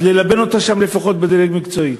אז ללבן אותה שם לפחות בדרג מקצועי.